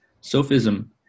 sophism